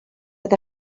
oedd